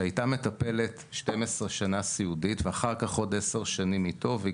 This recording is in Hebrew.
שהיתה מטפלת סיעודית במשך 12 שנה ואחר כך עוד עשר שנים איתו והיא